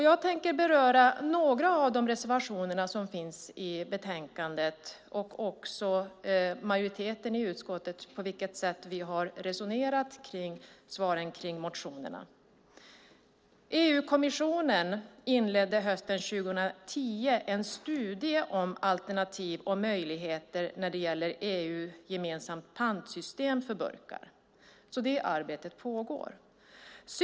Jag tänkte ta upp några av de reservationer som finns i betänkandet och redogöra för på vilket sätt majoriteten i utskottet resonerat kring svaren på motionerna. EU-kommissionen inledde hösten 2010 en studie om alternativ och möjligheter när det gäller ett EU-gemensamt pantsystem för burkar. Det arbetet pågår alltså.